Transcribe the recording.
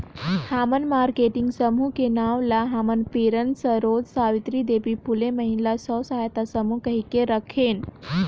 हमन मारकेटिंग समूह के नांव ल हमर प्रेरन सरोत सावित्री देवी फूले महिला स्व सहायता समूह कहिके राखेन